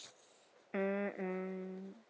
mm mm